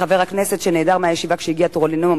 חבר הכנסת שנעדר מהישיבה כשהגיע תורו לנאום,